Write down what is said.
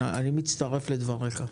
אני מצטרף לדברים שלך.